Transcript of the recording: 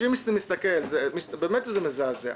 שזה פשוט מזעזע.